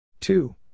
Two